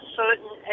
certain